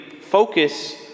focus